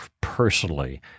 personally